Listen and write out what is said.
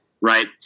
Right